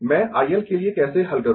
मैं I L के लिए कैसे हल करूं